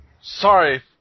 Sorry